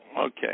Okay